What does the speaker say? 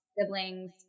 siblings